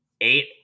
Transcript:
eight